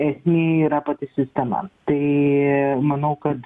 esmė yra pati sistema tai manau kad